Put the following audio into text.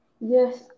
Yes